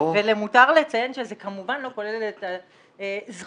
למותר לציין שזה כמובן לא כולל את הזכות.